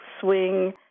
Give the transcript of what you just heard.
swing